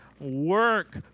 Work